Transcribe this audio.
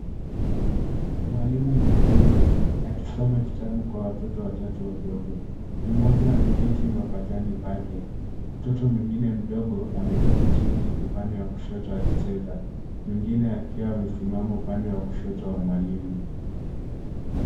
Mwalimu mwanaume akisoma kitabu kwa watoto watatu wadogo. Mmoja ameketi mapajani pake, mtoto mwingine mdogo ameketi chini upande wa kushoto akicheza mwingine akiwa amesimama upande wa kushoto wa mwalimu.